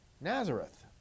Nazareth